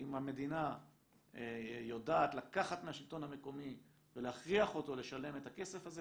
אם המדינה יודעת לקחת מהשלטון המקומי ולהכריח אותו לשלם את הכסף הזה,